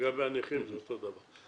לגבי הנכים זה אותו דבר.